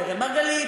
לאראל מרגלית,